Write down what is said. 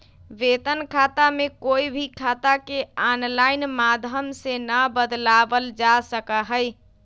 वेतन खाता में कोई भी खाता के आनलाइन माधम से ना बदलावल जा सका हई